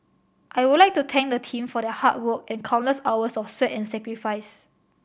I would like to thank the team for their hard work and countless hours of sweat and sacrifice